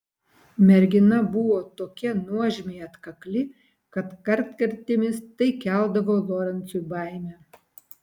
mergina buvo tokia nuožmiai atkakli kad kartkartėmis tai keldavo lorencui baimę